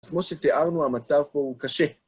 כמו שתיארנו, המצב פה הוא קשה.